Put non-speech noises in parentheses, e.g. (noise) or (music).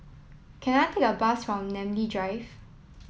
can I take a bus (unintelligible) Namly Drive